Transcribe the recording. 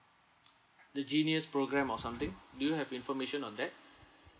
the genius programme or something do you have information on that